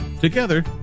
Together